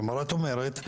את אומרת,